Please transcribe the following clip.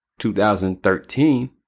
2013